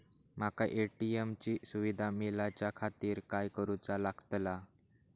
माका ए.टी.एम ची सुविधा मेलाच्याखातिर काय करूचा लागतला?